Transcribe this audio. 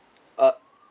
uh